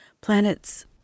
planets